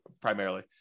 primarily